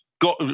got